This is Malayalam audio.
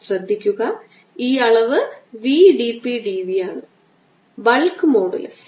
ശ്രദ്ധിക്കുക ഈ അളവ് v d p d v ആണ് ബൾക്ക് മോഡുലസ്